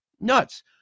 Nuts